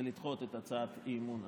לדחות את הצעת האי-אמון,